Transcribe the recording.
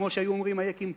כמו שהיו אומרים הייקים,